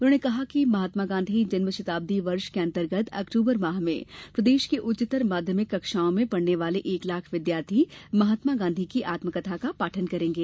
उन्होंने कहा कि महात्मा गॉधी जन्म शताब्दी वर्ष के अंतर्गत अक्टबर माह में प्रदेश की उच्चतर माध्यमिक कक्षाओं में पढ़ने वाले एक लाख विद्यार्थी महात्मा गांधी की आत्मकथा का पाठन करेंगे